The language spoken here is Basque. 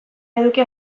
eduki